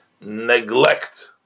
neglect